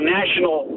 national